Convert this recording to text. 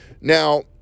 Now